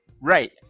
Right